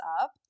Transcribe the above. up